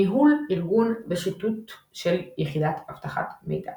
ניהול, ארגון ושיטות של יחידת אבטחת מידע